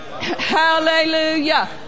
Hallelujah